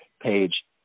page